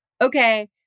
okay